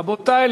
רבותי,